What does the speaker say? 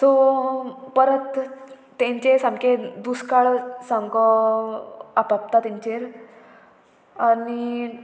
so परत तेंचे सामकें दुस्काळ सामको आपापता तेंचेर आनी